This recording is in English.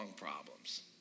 problems